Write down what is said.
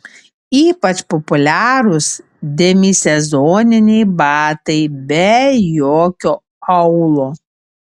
ypač populiarūs demisezoniniai batai be jokio aulo